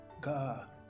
God